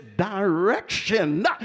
direction